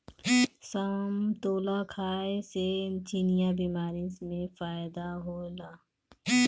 समतोला खाए से चिनिया बीमारी में फायेदा होला